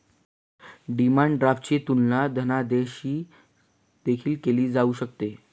demand ड्राफ्टची तुलना धनादेशाशी देखील केली जाऊ शकते